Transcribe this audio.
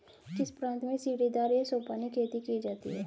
किस प्रांत में सीढ़ीदार या सोपानी खेती की जाती है?